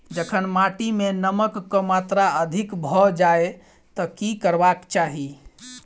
जखन माटि मे नमक कऽ मात्रा अधिक भऽ जाय तऽ की करबाक चाहि?